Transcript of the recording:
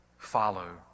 follow